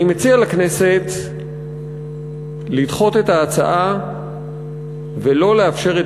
אני מציע לכנסת לדחות את ההצעה ולא לאפשר את